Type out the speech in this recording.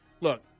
look